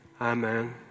amen